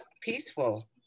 peaceful